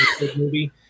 movie